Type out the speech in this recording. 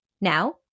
Now